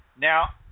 Now